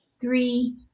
three